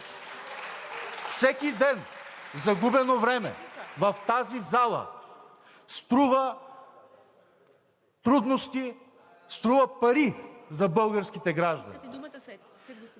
всеки ден загубено време в тази зала струва трудности, струва пари за българските граждани.